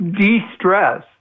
de-stress